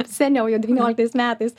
seniau jau devynioliktas metais